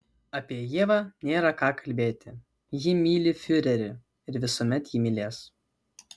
apie ievą nėra ką kalbėti ji myli fiurerį ir visuomet jį mylės